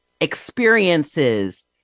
experiences